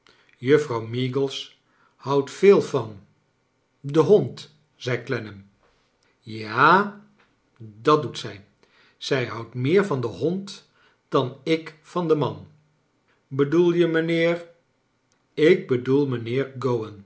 juffrouw meagles houdt veel van den hond zei olennam ja dat doet zij zij houdt meer van den hond dan ik van den man bedoel je mijnheer ik bedoel mijnheer